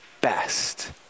best